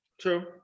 True